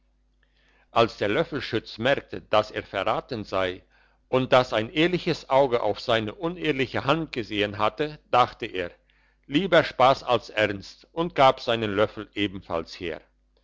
als der löffelschütz merkte dass er verraten sei und dass ein ehrliches auge auf seine unehrliche hand gesehen hatte dachte er lieber spass als ernst und gab seinen löffel ebenfalls her